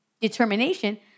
determination